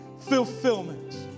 fulfillment